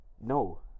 No